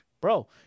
bro